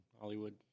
Hollywood